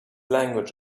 language